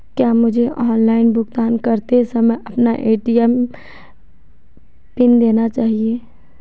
क्या मुझे ऑनलाइन भुगतान करते समय अपना ए.टी.एम पिन देना चाहिए?